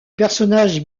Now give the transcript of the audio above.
personnage